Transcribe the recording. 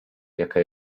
jaka